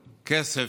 כסף,